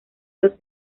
dos